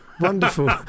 Wonderful